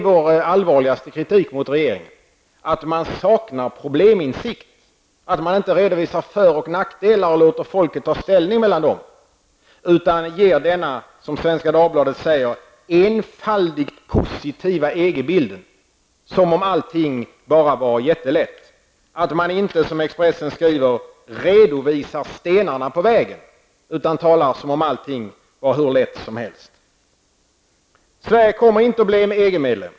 Vår allvarligaste kritik mot regeringen är att man saknar probleminsikt och att man inte redovisar för och nackdelar och låter folket ta ställning. Man ger i stället en, som Svenska Dagbladet skriver, enfaldigt positiv EG-bild som om allting är mycket lätt. Som Expressen skriver, redovisar man inte stenarna på vägen, utan talar som om allt var hur lätt som helst. Sverige kommer inte att bli EG-medlem.